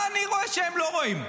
מה אני רואה שהם לא רואים?